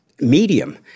medium